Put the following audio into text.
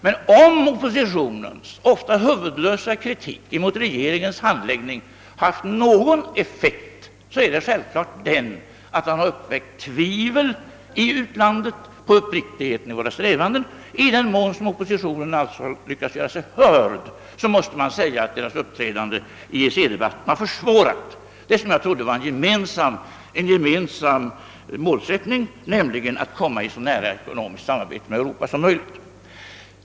Men om oppositionens ofta huvudlösa kritik mot regeringens handläggning haft någon effekt, så är det självklart den att man har uppväckt tvivel i utlandet rörande uppriktigheten i våra strävanden. I den mån oppositionen sålunda har lyckats göra sig hörd måste man säga att vårt uppträdande i EEC-debatten har försvårats. Och jag trodde ju det var en gemensam målsättning att komma så nära ett ekonomiskt samarbete med Europa som möjligt.